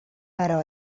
però